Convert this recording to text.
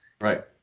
right